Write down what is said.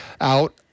out